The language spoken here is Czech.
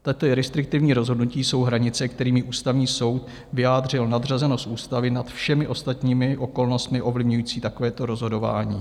Tato restriktivní rozhodnutí jsou hranice, kterými Ústavní soud vyjádřil nadřazenost ústavy nad všemi ostatními okolnostmi ovlivňujícími takovéto rozhodování.